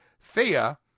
Thea